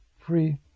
free